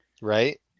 Right